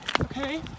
okay